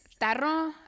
tarro